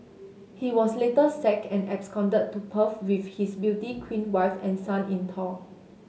he was later sacked and absconded to Perth with his beauty queen wife and son in tow